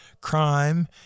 crime